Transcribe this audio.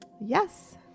Yes